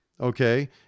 Okay